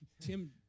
Tim